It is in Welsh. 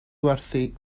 werthu